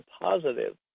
positive